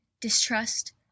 distrust